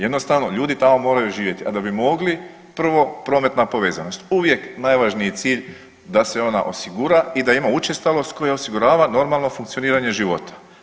Jednostavno ljudi tamo moraju živjeti, a da bi mogli prvo prometna povezanost uvijek najvažniji cilj da se ona osigura i da ima učestalost koja osigurava normalno funkcioniranje života.